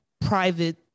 private